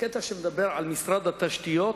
הקטע שמדבר על משרד התשתיות